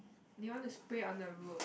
they want to spray on the road